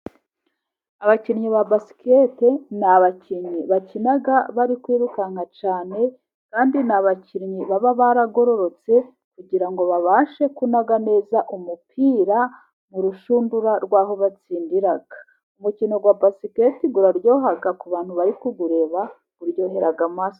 Abakinnyi ba basikete ni abakinnyi bakina bari kwirukanka cyane, kandi ni abakinnyi baba baragororotse kugira ngo babashe kunaga neza umupira mu rushundura rw'aho batsindira. Umukino wa basikete uraryoha ku bantu bari kuwureba uryohera amaso.